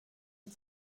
und